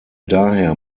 daher